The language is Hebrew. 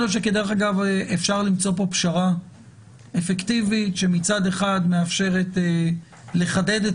אפשר למצוא פה פשרה אפקטיבית שמצד אחד מאפשרת לחדד את